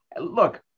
look